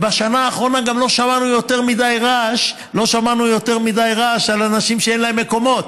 ובשנה האחרונה גם לא שמענו יותר מדי רעש על אנשים שאין להם מקומות,